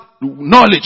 knowledge